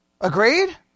Agreed